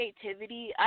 creativity